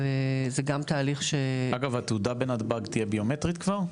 זה גם תהליך --- אגב התעודה בנתב"ג תהיה ביומטרית כבר?